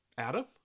Adam